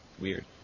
Weird